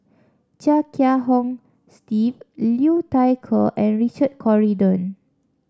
Chia Kiah Hong Steve Liu Thai Ker and Richard Corridon